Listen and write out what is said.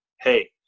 hey